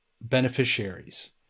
beneficiaries